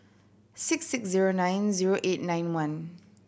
six six zero nine zero eight nine one